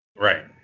Right